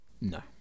No